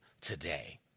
today